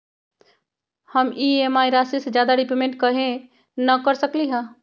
हम ई.एम.आई राशि से ज्यादा रीपेमेंट कहे न कर सकलि ह?